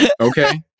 Okay